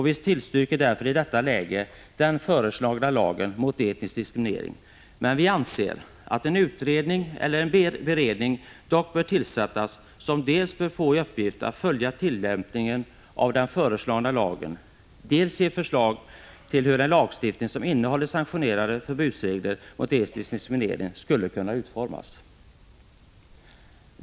Vi tillstyrker därför i detta läge den föreslagna lagen mot etnisk diskriminering, men vi anser att en utredning eller en beredning bör tillsättas som bör få i uppgift att dels följa tillämpningen av den föreslagna lagen, dels ge förslag till hur en lagstiftning som innehåller sanktionerade förbudsregler mot etnisk diskriminering skulle kunna utformas.